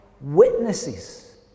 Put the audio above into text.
witnesses